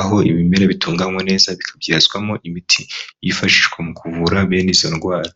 aho ibimera bitunganywa neza bikabyazwamo imiti, yifashishwa mu kuvura bene izo ndwara.